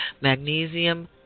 magnesium